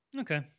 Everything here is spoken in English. Okay